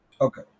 Okay